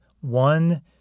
one